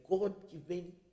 God-given